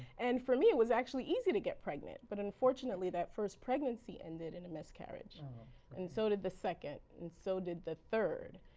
and for me it was actually easy to get pregnant, but unfortunately that first pregnancy ended in a miscarriage and so did the second and so did the third.